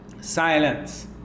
silence